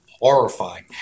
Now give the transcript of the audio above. horrifying